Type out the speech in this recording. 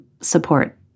support